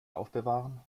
aufbewahren